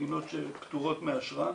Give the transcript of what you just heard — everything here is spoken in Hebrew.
מדינות שפטורות מאשרה,